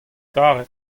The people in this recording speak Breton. karet